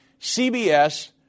CBS